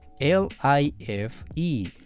L-I-F-E